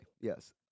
yes